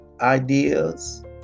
ideas